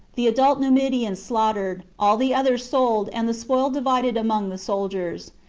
the adult numidians slaughtered, all the others sold, and the spoil divided among the soldiers.